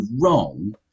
wrong